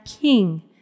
king